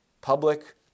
public